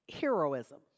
heroism